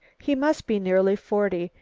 he must be nearly forty.